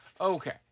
okay